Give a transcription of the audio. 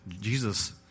Jesus